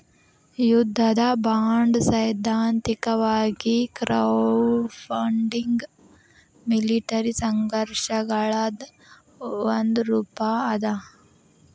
ಯುದ್ಧದ ಬಾಂಡ್ಸೈದ್ಧಾಂತಿಕವಾಗಿ crowdfunding military ಸಂಘರ್ಷಗಳದ್ ಒಂದ ರೂಪಾ ಅದ